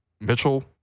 Mitchell